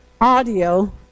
audio